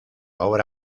obra